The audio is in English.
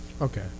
Okay